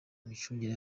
imicungire